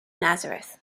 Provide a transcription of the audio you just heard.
nazareth